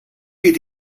geht